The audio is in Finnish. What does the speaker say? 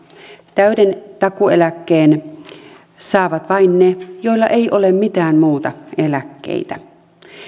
täyden takuueläkkeen saavat vain ne joilla ei ole mitään muita eläkkeitä